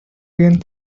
again